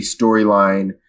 storyline